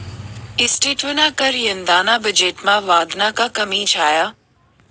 इस्टेटवरना कर यंदाना बजेटमा वाढना का कमी झाया?